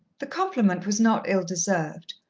the compliment was not ill-deserved,